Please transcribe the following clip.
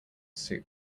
soup